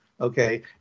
okay